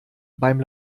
beim